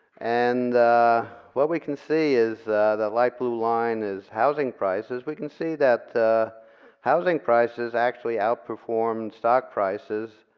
and what we can see is the light blue line is housing prices. we can see that housing prices actually outperforms stock prices